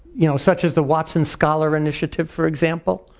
you know such as the watson scholar initiative, for example.